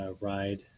ride